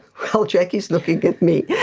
well, jacqui is looking at me! yeah